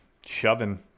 shoving